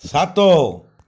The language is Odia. ସାତ